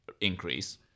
increase